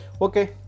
Okay